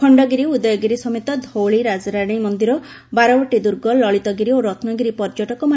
ଖଣଗିରି ଉଦୟଗିରି ସମେତ ଧଉଳି ରାଜାରାଣୀ ମନ୍ଦିର ବାରବାଟୀ ଦୁର୍ଗ ଲଳିତଗିରି ଓ ରତ୍ଗିରି ପର୍ଯ୍ କରାଯାଇଛି